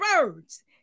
birds